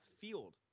field